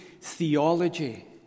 theology